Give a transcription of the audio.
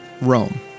Rome